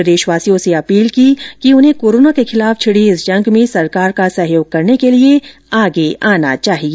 प्रदेशवासियों से अपील की है कि उन्हें कोरोना के खिलाफ छिड़ी इस जंग में सरकार का सहयोग करने के लिए आगे आना चाहिए